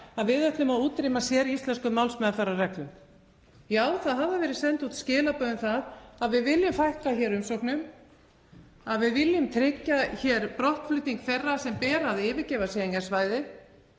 að við ætlum að útrýma séríslenskum málsmeðferðarreglum. Já, það hafa verið send út skilaboð um það að við viljum fækka hér umsóknum, að við viljum tryggja brottflutning þeirra sem ber að yfirgefa Schengen-svæðið